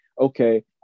okay